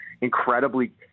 incredibly